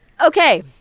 Okay